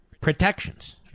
protections